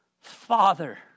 Father